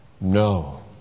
No